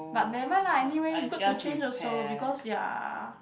but never mind lah anyway good to change also because ya